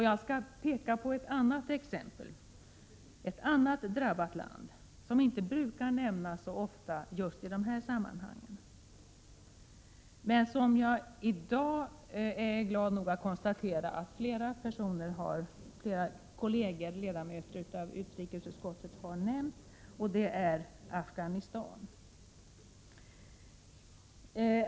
Jag skall peka på ett annat drabbat land, som inte brukar nämnas så ofta just i dessa sammanhang. Jag är dock glad över att flera kolleger bland ledamöterna i utrikesutskottet i dag har nämnt det landet, som är Afghanistan.